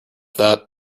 that